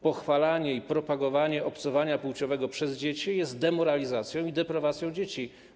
Pochwalanie i propagowanie obcowania płciowego przez dzieci jest demoralizacją i deprawacją dzieci.